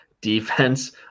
defense